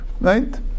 Right